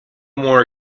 more